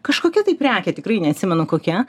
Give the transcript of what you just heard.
kažkokia tai prekė tikrai neatsimenu kokia